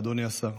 אדוני השר: